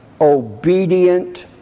obedient